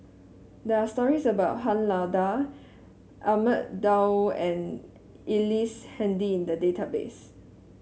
there are stories about Han Lao Da Ahmad Daud and Ellice Handy in the database